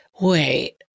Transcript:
wait